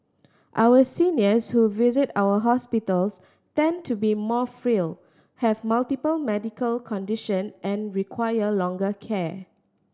our seniors who visit our hospitals tend to be more frail have multiple medical condition and require longer care